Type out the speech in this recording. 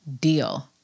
deal